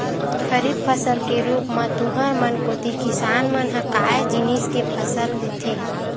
खरीफ फसल के रुप म तुँहर मन कोती किसान मन ह काय जिनिस के फसल लेथे?